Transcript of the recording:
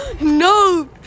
No